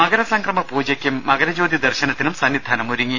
മകര സംക്രമ പൂജയ്ക്കും മകര ജ്യോതി ദർശനത്തിനും സന്നി ധാനം ഒരുങ്ങി